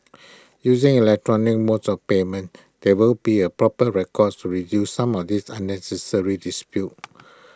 using electronic modes of payment there will be A proper records to reduce some of these unnecessary disputes